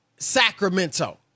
Sacramento